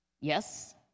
yes